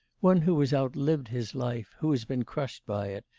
one who has outlived his life, who has been crushed by it,